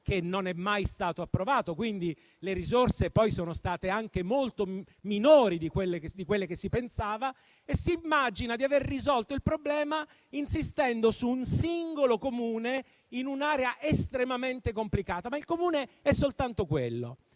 che non è mai stato approvato. Quindi, le risorse sono state anche molto minori di quelle che si pensava e si immagina di aver risolto il problema, insistendo su un singolo Comune in un'area estremamente complicata. Ma il Comune è soltanto quello